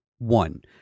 One